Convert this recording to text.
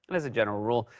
but as a general rule,